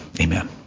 Amen